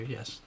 Yes